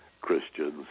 Christians